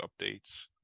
updates